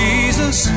Jesus